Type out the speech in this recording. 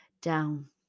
down